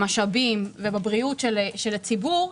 במשאבים ובבריאות הציבור,